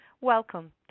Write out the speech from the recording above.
Welcome